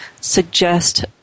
suggest